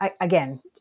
again